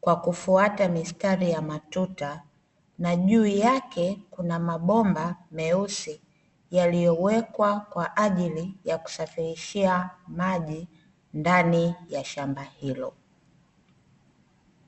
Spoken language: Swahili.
kwa kufuata mistari ya matuta. Na juu yake, kuna mabomba meusi yaliyowekwa kwa ajili ya kusafirishia maji ndani ya shamba hilo.